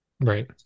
right